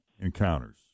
encounters